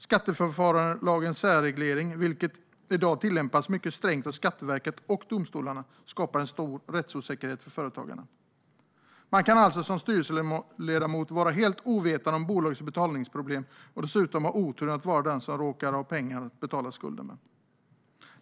Skatteförfarandelagens särreglering, som i dag tillämpas mycket strängt av Skatteverket och domstolarna, skapar en stor rättsosäkerhet för företagarna. Man kan som styrelseledamot vara helt ovetande om bolagets betalningsproblem och dessutom ha oturen att vara den som råkar ha pengar att betala skulden med.